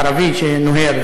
ערבי שנוהר,